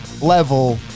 level